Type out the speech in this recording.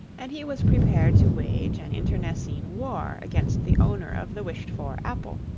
and he was prepared to wage an internecine war against the owner of the wished for apple,